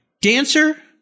Dancer